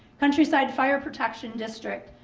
countryside fire protection district,